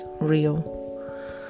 real